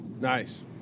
Nice